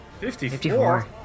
54